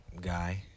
guy